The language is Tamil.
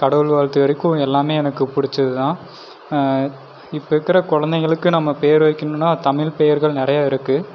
கடவுள் வாழ்த்து வரைக்கும் எல்லாமே எனக்கு பிடிச்சதுதான் இப்போ இருக்கிற குழந்தைங்களுக்கு நம்ம பேர் வைக்கணுன்னா தமிழ் பெயர்கள் நிறைய இருக்கு